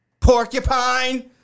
porcupine